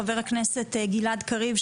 חבר הכנסת גלעד קריב,